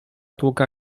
długa